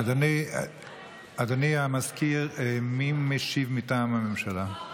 אדוני המזכיר, מי משיב בשם הממשלה?